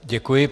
Děkuji.